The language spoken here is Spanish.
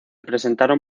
presentaron